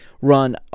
run